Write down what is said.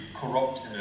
corrupt